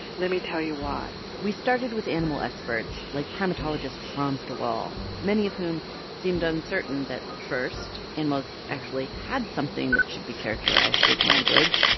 let me tell you why we started with animal experts like primatologist frans de waal, many of whom seemed uncertain that, first, animals actually had something that should be characterized as language,